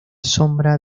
sombra